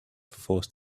forced